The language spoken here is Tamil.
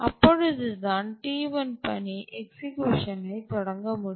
அப்பொழுது தான் T1 பணி எக்சிக்யூஷனை தொடங்க முடியும்